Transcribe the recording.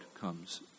comes